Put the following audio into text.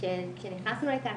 כשנכנסנו לכאן,